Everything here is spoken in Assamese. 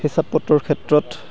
হিচাপ পত্ৰৰ ক্ষেত্ৰত